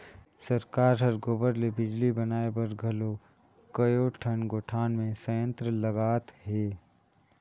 सरकार हर गोबर ले बिजली बनाए बर घलो कयोठन गोठान मे संयंत्र लगात हे